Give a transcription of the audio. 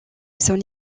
son